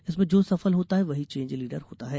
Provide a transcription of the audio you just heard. इसमें जो सफल होता है वही चेंज लीडर होता है